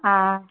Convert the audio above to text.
ஆ